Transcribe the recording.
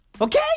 Okay